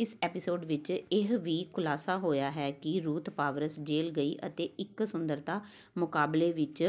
ਇਸ ਐਪੀਸੋਡ ਵਿੱਚ ਇਹ ਵੀ ਖੁਲਾਸਾ ਹੋਇਆ ਹੈ ਕਿ ਰੂਥ ਪਾਵਰਸ ਜੇਲ੍ਹ ਗਈ ਅਤੇ ਇੱਕ ਸੁੰਦਰਤਾ ਮੁਕਾਬਲੇ ਵਿੱਚ